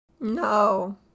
No